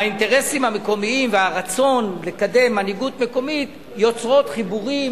האינטרסים המקומיים והרצון לקדם מנהיגות מקומית יוצרים חיבורים